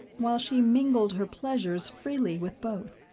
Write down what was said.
while she mingled her pleasures freely with both.